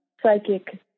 psychic